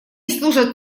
служат